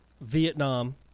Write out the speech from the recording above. Vietnam